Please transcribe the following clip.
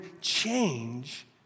change